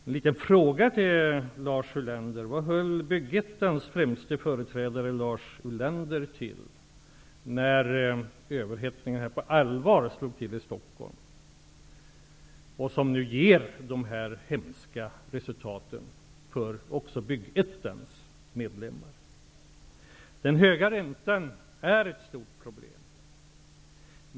En liten fråga till Lars Ulander: Var höll Byggettans främste företrädare Lars Ulander till när överhettningarna på allvar slog till i Stockholm, som nu ger dessa hemska resultat för också Den höga räntan är ett stort problem.